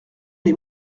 les